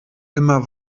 immer